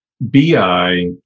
BI